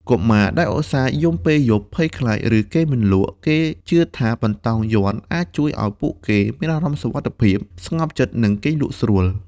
កុមារដែលឧស្សាហ៍យំពេលយប់ ភ័យខ្លាច ឬគេងមិនលក់ គេជឿថាបន្តោងយ័ន្តអាចជួយឱ្យពួកគេមានអារម្មណ៍សុវត្ថិភាព ស្ងប់ចិត្ត និងគេងលក់ស្រួល។